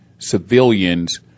civilians